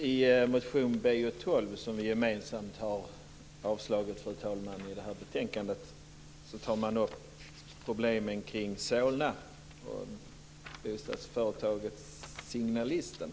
Fru talman! I motion Bo12, som vi gemensamt har avslagit i betänkandet, tar man upp problemen kring Solna och bostadsföretaget Signalisten.